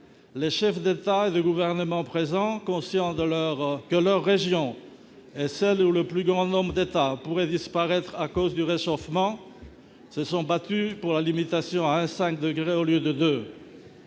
Les chefs d'État et de gouvernement présents, conscients que leur région est celle où le plus grand nombre d'États pourraient disparaître à cause du réchauffement, se sont battus pour la limitation à 1,5 degré au lieu de 2